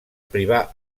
privar